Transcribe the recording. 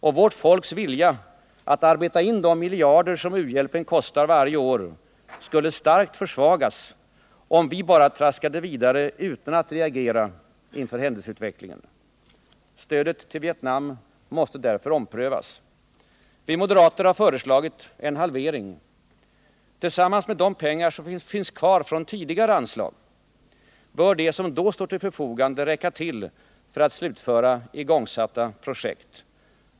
Och vårt folks vilja att arbeta in de miljarder som u-hjälpen kostar varje år skulle starkt försvagas, om vi bara traskade vidare utan att reagera inför händelseutvecklingen. Stödet till Vietnam måste därför omprövas. Vi moderater har föreslagit en halvering. Tillsammans med de pengar som finns kvar från tidigare anslag bör det som då står till förfogande räcka till för att slutföra igångsatta projekt.